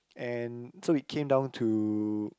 and so it came down to